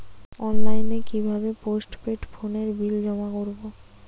অনলাইনে কি ভাবে পোস্টপেড ফোনের বিল জমা করব?